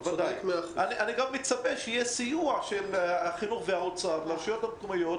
אני מצפה שיהיה סיוע של החינוך והאוצר לרשויות המקומיות,